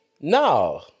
no